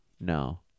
No